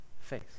face